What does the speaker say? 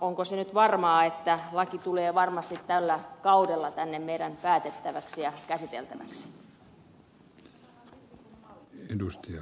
onko se nyt varmaa että laki tulee varmasti tällä kaudella tänne meille päätettäväksi ja käsiteltäväksi